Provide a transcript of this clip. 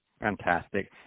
Fantastic